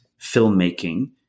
filmmaking